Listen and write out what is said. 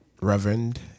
Reverend